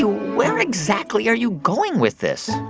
where exactly are you going with this?